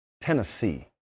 Tennessee